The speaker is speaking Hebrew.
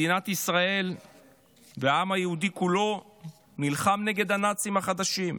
מדינת ישראל והעם היהודי כולו נלחמים נגד הנאצים החדשים,